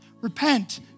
Repent